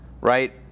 right